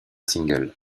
single